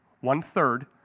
One-third